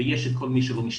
ויש את כל מי שלא משתתף.